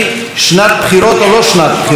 שנת בחירות או לא שנת בחירות,